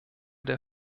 der